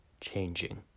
changing